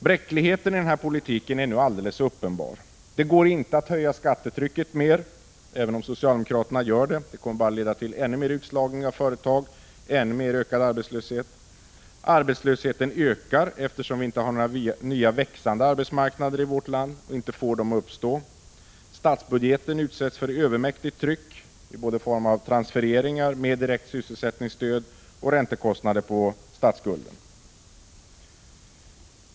Bräckligheten i denna politik är nu alldeles uppenbar. Det går inte att höja skattetrycket mer, även om socialdemokraterna gör det. Det kommer bara att leda till ännu mer utslagning av företag, ännu mer ökad arbetslöshet. Arbetslösheten ökar, eftersom vi inte har några nya växande arbetsmarknader i vårt land och inte får dem att uppstå. Statsbudgeten utsätts för övermäktigt tryck både i form av transfereringar för direkt sysselsättningsstöd och i form av räntekostnader på statsskulden.